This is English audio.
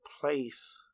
place